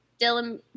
Dylan